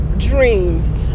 dreams